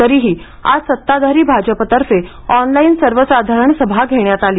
तरीही आज सत्ताधारी भाजपतर्फे ऑनलाईन सर्वसाधारण सभा घेण्यात आली